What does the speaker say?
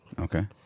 Okay